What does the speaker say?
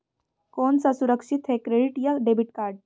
कौन सा सुरक्षित है क्रेडिट या डेबिट कार्ड?